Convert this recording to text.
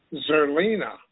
Zerlina